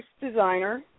designer